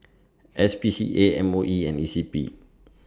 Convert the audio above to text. S P C A M O E and E C P